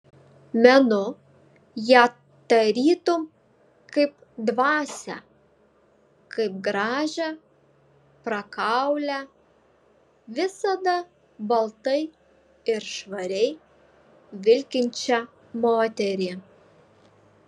menu ją tarytum kaip dvasią kaip gražią prakaulią visada baltai ir švariai vilkinčią moterį